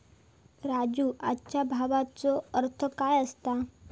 राजू, आजच्या भावाचो अर्थ काय असता?